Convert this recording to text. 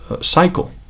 cycle